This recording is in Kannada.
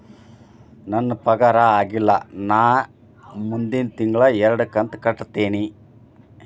ನನ್ನ ಪಗಾರ ಆಗಿಲ್ಲ ನಾ ಮುಂದಿನ ತಿಂಗಳ ಎರಡು ಕಂತ್ ಕಟ್ಟತೇನಿ